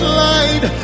light